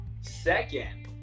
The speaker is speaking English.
Second